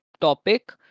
topic